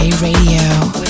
Radio